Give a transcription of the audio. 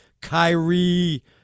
Kyrie